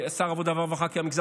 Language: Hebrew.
שר העבודה והרווחה,